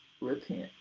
repent